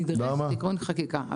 נדרש תיקון חקיקה.